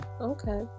Okay